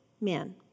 men